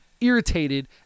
irritated